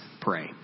pray